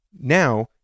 Now